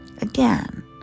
again